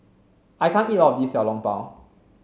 I can't eat all of this Xiao Long Bao